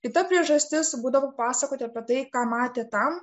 kita priežastis būdavo pasakoti apie tai ką matė tam